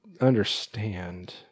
understand